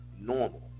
normal